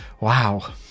wow